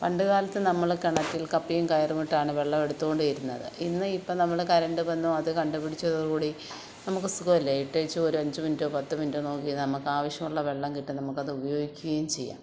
പണ്ടു കാലത്തു നമ്മൾ കിണറ്റിൽ കപ്പിയും കയറുമിട്ടാണ് വെള്ളമെടുത്തു കൊ ണ്ടിരുന്നത് ഇന്ന് ഇപ്പം നമ്മൾ കരണ്ട് വന്നു അത് കണ്ടുപിടിച്ചതോടുകൂടി നമുക്ക് സുഖമല്ലെ ഇട്ടേച്ച് ഒരഞ്ച് മിനിറ്റോ പത്തു മിനിറ്റൊ നോക്കി നമുക്കാവശ്യമുള്ള വെള്ളം കിട്ടും നമുക്കത് ഉപയോഗിക്കുകയും ചെയ്യാം